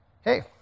hey